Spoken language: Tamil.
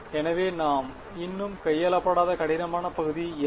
எனவே நாம் இன்னும் கையாளப்படாத கடினமான பகுதி என்ன